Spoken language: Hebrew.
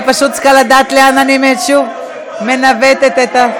אני פשוט צריכה לדעת לאן אני מנווטת את,